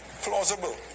plausible